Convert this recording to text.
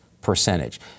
percentage